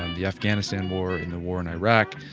and the afghanistan war and the war in iraq,